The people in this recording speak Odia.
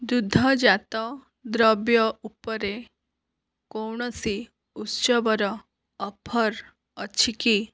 ଦୁଗ୍ଧଜାତ ଦ୍ରବ୍ୟ ଉପରେ କୌଣସି ଉତ୍ସବର ଅଫର ଅଛି କି